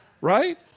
right